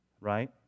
right